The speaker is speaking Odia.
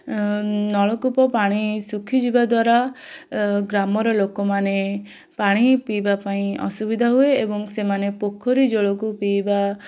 ନଳକୂପ ପାଣି ଶୁଖିଯିବା ଦ୍ୱାରା ଗ୍ରାମର ଲୋକମାନେ ପାଣି ପିଇବା ପାଇଁ ଅସୁବିଧା ହୁଏ ଏବଂ ସେମାନେ ପୋଖରୀ ଜଳକୁ ପିଇବା